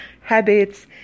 habits